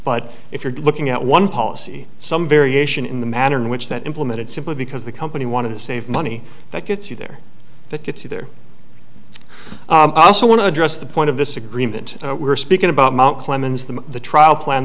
but if you're looking at one policy some variation in the manner in which that implemented simply because the company wanted to save money that gets you there that gets you there i also want to address the point of this agreement we were speaking about mount clemens the the trial plan